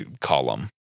column